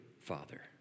Father